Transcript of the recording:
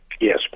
Yes